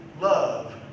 love